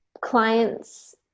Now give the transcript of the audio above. clients